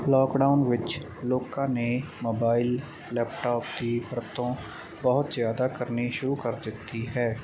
lockdown ਵਿੱਚ ਲੋਕਾਂ ਨੇ ਮੋਬਾਇਲ ਲੈਪਟਾਪ ਦੀ ਵਰਤੋਂ ਬਹੁਤ ਜਿਆਦਾ ਕਰਨੀ ਸ਼ੁਰੂ ਕਰ ਦਿੱਤੀ ਹੈ